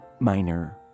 minor